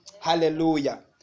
Hallelujah